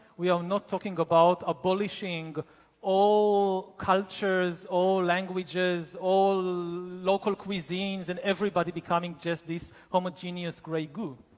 we are not talking about abolishing all cultures, all languages, all local cuisines and everybody becoming just this homogeneous great group.